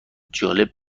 جالب